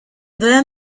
then